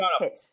pitch